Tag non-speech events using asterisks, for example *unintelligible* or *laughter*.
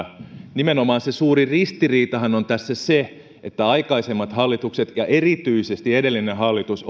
nimenomaan se suuri ristiriitahan on tässä se että aikaisemmat hallitukset ja erityisesti edellinen hallitus *unintelligible*